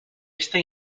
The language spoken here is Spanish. esta